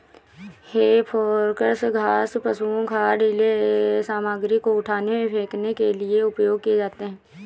हे फोर्कव घास, पुआल, खाद, ढ़ीले सामग्री को उठाने, फेंकने के लिए उपयोग किए जाते हैं